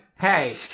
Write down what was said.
Hey